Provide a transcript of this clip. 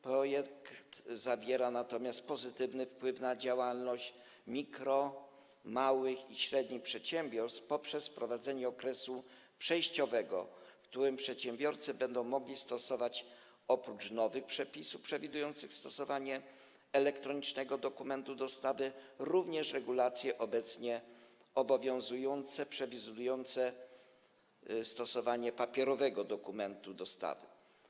Projekt wywiera natomiast pozytywny wpływ na działalność mikro-, małych i średnich przedsiębiorstw przez wprowadzenie okresu przejściowego, w którym przedsiębiorcy oprócz nowych przepisów przewidujących stosowanie elektronicznego dokumentu dostawy będą mogli stosować również regulacje obecnie obowiązujące, przewidujące stosowanie papierowego dokumentu dostawy.